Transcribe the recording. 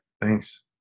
Thanks